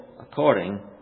according